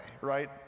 right